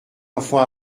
enfant